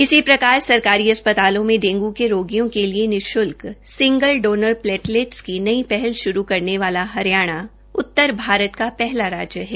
इसी प्रकार सरकारी अस्पतालों में डेंग् के रोगियों के लिये निश्ल्क सिंगल डोनर प्लेटलेटस की नई पहल श्रू करने वाला हरियाणा उत्तर भारत का पहला राज्य है